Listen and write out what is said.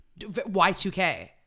Y2K